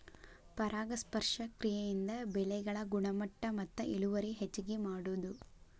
ಪರಾಗಸ್ಪರ್ಶ ಕ್ರಿಯೆಯಿಂದ ಬೆಳೆಗಳ ಗುಣಮಟ್ಟ ಮತ್ತ ಇಳುವರಿ ಹೆಚಗಿ ಮಾಡುದು